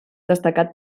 destacat